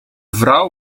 vrouw